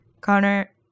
Connor